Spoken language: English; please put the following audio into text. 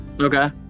Okay